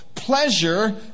Pleasure